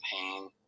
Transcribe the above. pain